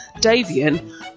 davian